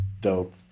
dope